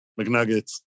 McNuggets